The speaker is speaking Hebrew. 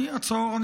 אני אעצור.